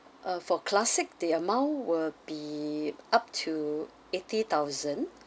uh for classic the amount will be up to eighty thousand